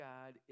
God